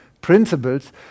principles